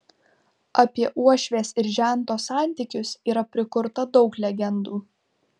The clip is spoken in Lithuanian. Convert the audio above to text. apie uošvės ir žento santykius yra prikurta daug legendų